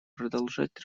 продолжать